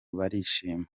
barishima